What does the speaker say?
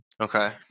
Okay